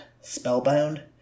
Spellbound